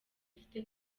afite